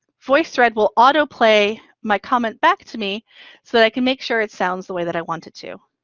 voicethread will autoplay my comment back to me so that i can make sure it sounds the way that i want it to.